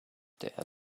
der